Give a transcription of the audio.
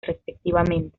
respectivamente